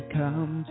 come